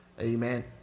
Amen